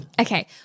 Okay